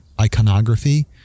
iconography